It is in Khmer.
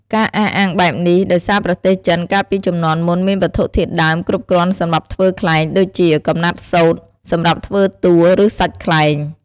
ការអះអាងបែបនេះ ដោយសារប្រទសចិនកាលពីជំនាន់មុនមានវត្ថុធាតុដើមគ្រប់គ្រាន់សម្រាប់ធ្វើខ្លែង ដូចជាកំណាត់សូត្រ សម្រាប់ធ្វើតួ ឬសាច់ខ្លែង។